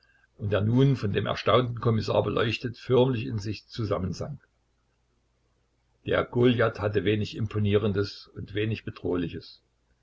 und der nun von dem erstaunten kommissar beleuchtet förmlich in sich zusammensank der goliath hatte wenig imponierendes und wenig bedrohliches